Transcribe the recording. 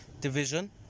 Division